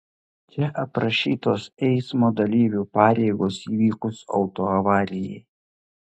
čia aprašytos eismo dalyvių pareigos įvykus autoavarijai